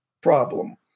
problem